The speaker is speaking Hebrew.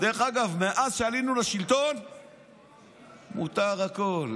מאז שעלינו לשלטון מותר הכול,